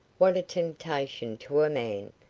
what a temptation to a man,